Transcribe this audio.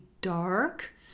dark